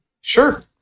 Sure